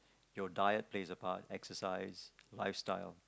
your diet plays a part exercise lifestyle